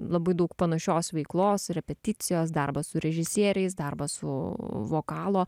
labai daug panašios veiklos repeticijos darbas su režisieriais darbas su vokalo